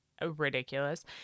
ridiculous